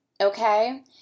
okay